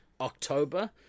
October